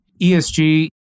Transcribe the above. ESG